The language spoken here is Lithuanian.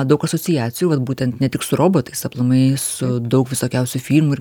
daug asociacijų vat būtent ne tik su robotais aplamai su daug visokiausių filmų ir